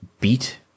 beat